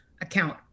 account